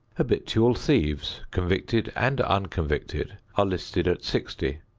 habitual thieves convicted and unconvicted are listed at sixty.